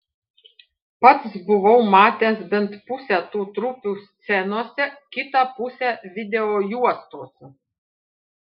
pats buvau matęs bent pusę tų trupių scenose kitą pusę videojuostose